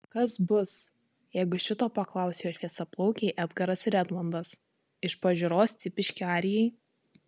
kas bus jeigu šito paklaus jo šviesiaplaukiai edgaras ir edmondas iš pažiūros tipiški arijai